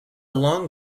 long